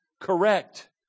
correct